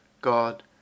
god